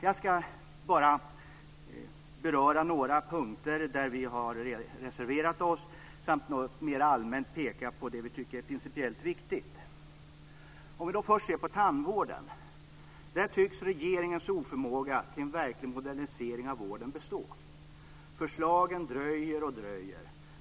Jag ska beröra bara några få punkter där vi reserverat oss samt mer allmänt peka på det vi tycker är principiellt viktigt. Låt oss först se på tandvården. Där tycks regeringens oförmåga till en verklig modernisering av vården bestå. Förslagen dröjer och dröjer.